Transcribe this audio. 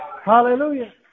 Hallelujah